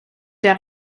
der